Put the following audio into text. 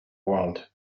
world